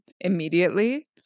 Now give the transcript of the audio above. immediately